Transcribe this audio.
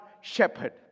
shepherd